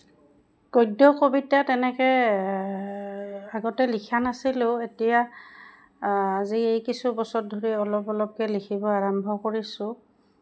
গদ্য কবিতা তেনেকৈ আগতে লিখা নাছিলোঁ এতিয়া আজি এই কিছু বছৰ ধৰি অলপ অলপকৈ লিখিব আৰম্ভ কৰিছোঁ